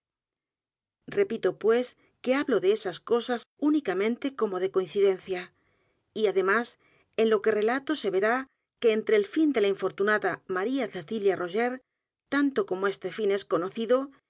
repito pues que hablo de estas cosas tínicamente como de coincidencia y además en lo que relato se verá que entre el fin de la infortunada maría cecilia r o g e r s tanto como este fin es conocido y